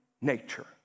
nature